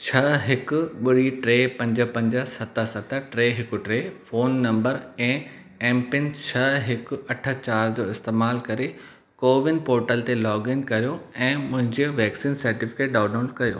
छह हिकु ॿुड़ी टे पंज पंज सत सत टे हिकु टे फ़ोन नंबरु ऐं एमपिन छह हिकु अठ चार जो इस्तेमालु करे कोविन पोर्टलु ते लोगइन करियो ऐं मुंहिंजो वैक्सीन सर्टिफ़िकेटु डाउनलोडु कयो